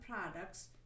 products